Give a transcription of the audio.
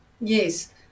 Yes